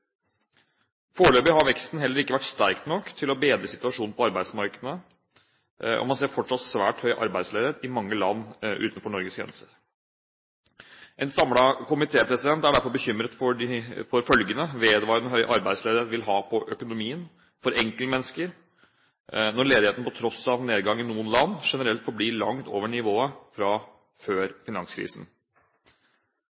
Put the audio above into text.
Foreløpig har veksten heller ikke vært sterk nok til å bedre situasjonen på arbeidsmarkedene, og man ser fortsatt svært høy arbeidsledighet i mange land utenfor Norges grenser. En samlet komité er derfor bekymret for følgene vedvarende høy arbeidsledighet vil ha på økonomien og for enkeltmennesker, når ledigheten på tross av nedgang i noen land generelt forblir langt over nivået fra før